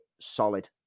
solid